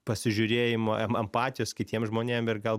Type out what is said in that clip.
pasižiūrėjimo em empatijos kitiem žmonėm ir gal